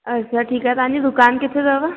अच्छा ठीकु आहे तव्हांजी दुकानु किथे अथव